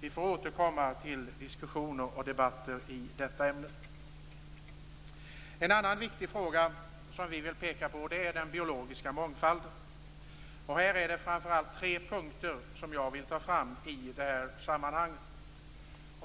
Vi får återkomma till diskussioner och debatter i detta ämne. En annan viktig fråga som vi vill peka på är den biologiska mångfalden. Här är det framför allt tre punkter jag vill ta fram i det här sammanhanget.